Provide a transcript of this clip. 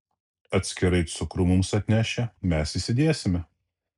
atskirai cukrų mums atneši mes įsidėsime